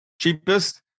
cheapest